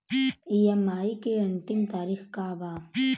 EMI के अंतिम तारीख का बा?